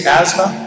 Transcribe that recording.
asthma